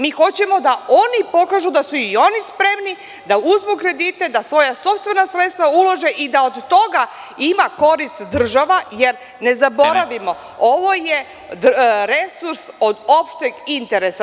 Mi hoćemo da i oni pokažu da su i oni spremni da uzmu kredite, da svoja sopstvena sredstva ulože i da od toga ima korist država, jer ne zaboravimo, ovo je resurs od opšteg interesa.